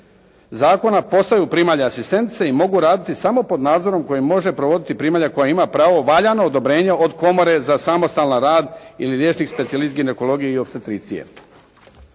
zakona postaju primalje asistentice i mogu raditi samo pod nadzorom koji može provoditi primalja koja ima pravo valjano odobrenje od komore za samostalan rad ili liječnik specijalist ginekologije i opstetricije.